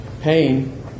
pain